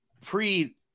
pre